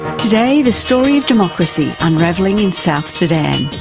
today the story of democracy unravelling in south sudan.